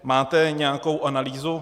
Máte nějakou analýzu?